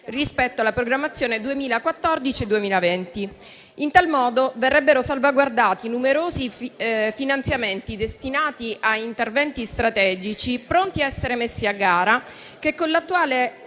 rispetto alla programmazione 2014-2020. In tal modo, verrebbero salvaguardati numerosi finanziamenti destinati a interventi strategici pronti a essere messi a gara, che con l'attuale